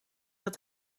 dat